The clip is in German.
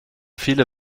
viele